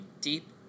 deep